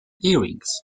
earrings